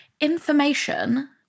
information